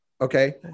Okay